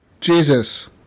Jesus